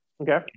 okay